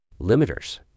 Limiters